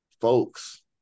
folks